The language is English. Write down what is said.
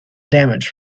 damage